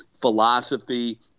philosophy